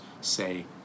say